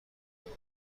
دارد